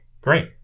Great